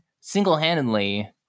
single-handedly